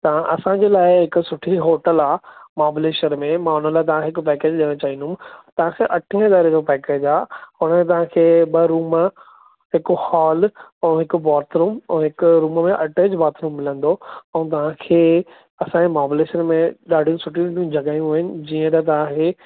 त असांजे लाइ हिक सुठी होटल आहे महाबलेश्वर में मां हुन लाइ तव्हां खे हिकु पैकेज ॾियण चाहिंदुमि तव्हां खे अठें हज़ारे जो पैकेज आहे हुन में तव्हां खे ॿ रुम हिकु हॉल अऊं हिकु बाथरुम अऊं हिकु रुम में अटैच बाथरुम मिलंदो अऊं तव्हां खे असांजे महाबलेशवर में ॾाढियूं सुठियूं सुठियूं जॻहूं आहिनि जीअं त तव्हां खे